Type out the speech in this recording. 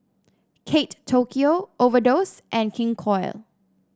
Kate Tokyo Overdose and King Koil